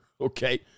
okay